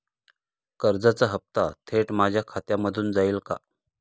कर्जाचा हप्ता थेट माझ्या खात्यामधून जाईल का?